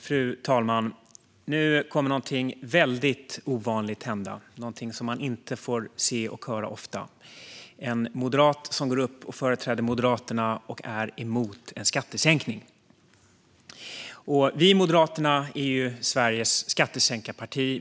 Fru talman! Nu kommer någonting väldigt ovanligt - någonting som man inte får se och höra ofta - att hända: att en moderat går upp i talarstolen, företräder Moderaterna och är emot en skattesänkning. Vi, Moderaterna, är Sveriges skattesänkarparti.